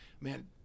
man